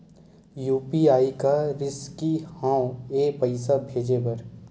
UPI का रिसकी हंव ए पईसा भेजे बर?